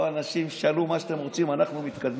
פה אנשים שאלו מה שאתם רוצים, אנחנו מתקדמים.